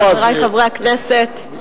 חברי חברי הכנסת,